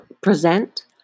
present